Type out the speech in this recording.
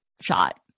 shot